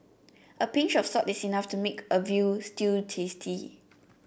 a pinch of salt is enough to make a veal stew tasty